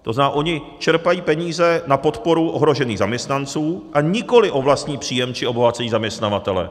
To znamená, oni čerpají peníze na podporu ohrožených zaměstnanců, a nikoli o vlastní příjem či obohacení zaměstnavatele.